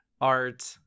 art